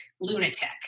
lunatic